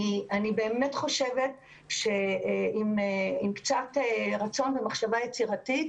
אני באמת חושבת שעם קצת רצון ומחשבה יצירתית